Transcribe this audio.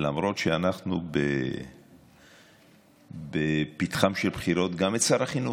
למרות שאנחנו בפתחן של בחירות, גם את שר החינוך.